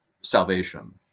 salvation